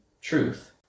truth